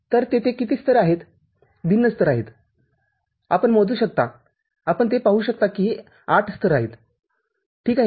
तर तेथे किती स्तर आहेत भिन्न स्तर आहेत आपण मोजू शकता आपण ते पाहू शकता की हे ८ स्तर आहेत ठीक आहे